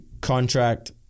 contract